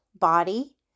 body